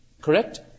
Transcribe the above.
Correct